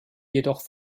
jedoch